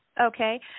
Okay